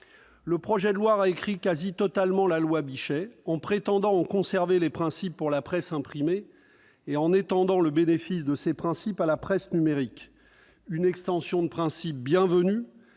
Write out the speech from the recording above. Le projet de loi récrit quasiment totalement la loi Bichet, en prétendant en conserver les principes pour la presse imprimée, et en étendre le bénéfice à la presse numérique. Une telle extension de principe est bienvenue.